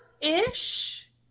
ish